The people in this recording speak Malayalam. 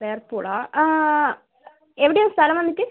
വേൾപൂളാണോ ആ എവിടെയാണ് സ്ഥലം വന്നിട്ട്